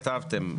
כתבתם,